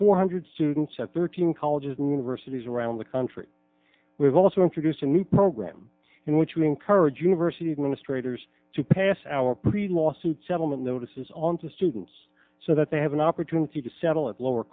four hundred students at thirteen colleges and universities around the country we've also introduced a new program in which we encourage university administrators to pass our pre launch suit settlement notices on to students so that they have an opportunity to settle at lower